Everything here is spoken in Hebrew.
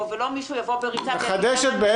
ולא מישהו יבוא בריצה ויגיד: נעלתם?